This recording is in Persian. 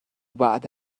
بعد